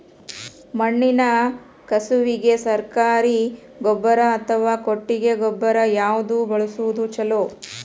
ಮಣ್ಣಿನ ಕಸುವಿಗೆ ಸರಕಾರಿ ಗೊಬ್ಬರ ಅಥವಾ ಕೊಟ್ಟಿಗೆ ಗೊಬ್ಬರ ಯಾವ್ದು ಬಳಸುವುದು ಛಲೋ?